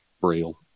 Braille